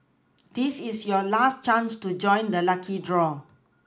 this is your last chance to join the lucky draw